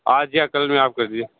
आज या कल में आप कर दीजिये